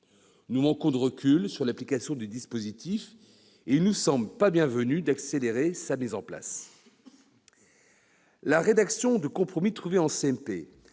Nous manquons de recul sur l'application du dispositif, et il ne nous semble pas bien venu d'accélérer sa mise en place. La rédaction de compromis trouvée en